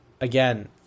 again